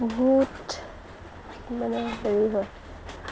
বহুত মানে হেৰি হয়